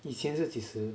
以前是几时